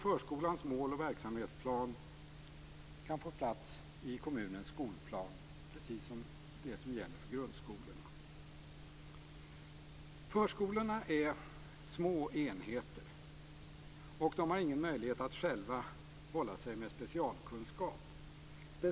Förskolans mål och verksamhetsplan kan få plats i kommunens skolplan, precis som det som gäller för grundskolan. Förskolorna är små enheter. De har ingen möjlighet att själva hålla sig med specialkunskap.